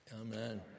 Amen